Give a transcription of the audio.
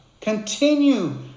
Continue